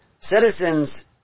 citizens